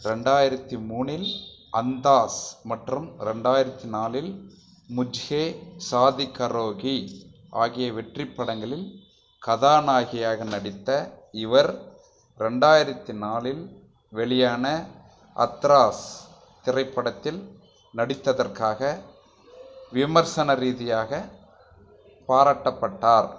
ரெண்டாயிரத்தி மூணில் அந்தாஸ் மற்றும் ரெண்டாயிரத்தி நாலில் முஜ்ஸே ஷாதி கரோகி ஆகிய வெற்றிப் படங்களில் கதாநாயகியாக நடித்த இவர் ரெண்டாயிரத்தி நாலில் வெளியான அத்ராஸ் திரைப்படத்தில் நடித்ததற்காக விமர்சன ரீதியாக பாராட்டப்பட்டார்